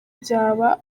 byaba